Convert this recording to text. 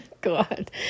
God